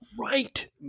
right